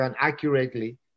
accurately